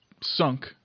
sunk